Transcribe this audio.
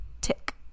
tick